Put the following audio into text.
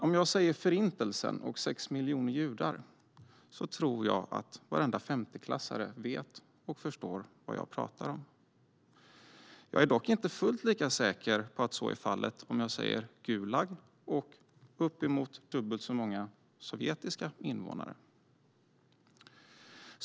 Om jag säger Förintelsen och 6 miljoner judar tror jag att varenda femteklassare vet och förstår vad jag pratar om. Jag är dock inte fullt lika säker på att så är fallet om jag säger Gulag och uppemot dubbelt så många sovjetiska invånare.